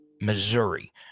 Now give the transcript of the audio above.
Missouri